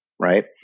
right